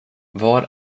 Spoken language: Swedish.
var